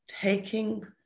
taking